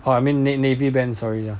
oh I mean navy navy band sorry ya